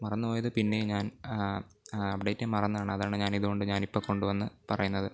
മറന്നുപോയത് പിന്നെയും ഞാൻ അപ്ഡേറ്റ് ചെയ്യാൻ മറന്നതാണ് അതാണ് ഇതു കൊണ്ടു ഞാനിപ്പോൾ കൊണ്ടു വന്നു പറയുന്നത്